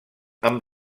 amb